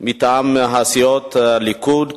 מטעם הסיעות הליכוד,